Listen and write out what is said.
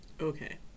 Okay